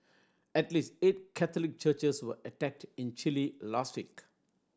at least eight Catholic churches were attacked in Chile last week